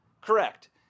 Correct